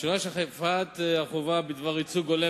השאלה של אכיפת החובה בדבר ייצוג הולם